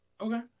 Okay